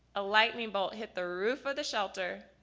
a lightning bolt hit the roof of the shelter,